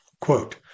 Quote